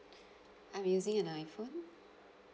I'm using an iphone